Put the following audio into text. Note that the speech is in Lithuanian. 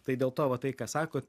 tai dėl to va tai ką sakot